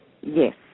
Yes